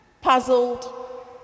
Puzzled